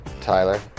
Tyler